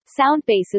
Soundbases